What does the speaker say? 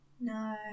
no